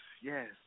Yes